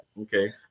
Okay